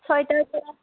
ছয়টাৰপৰা